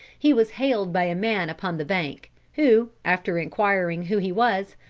he was hailed by a man upon the bank, who, after inquiring who he was,